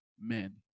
men